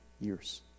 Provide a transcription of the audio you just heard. years